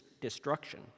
destruction